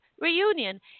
reunion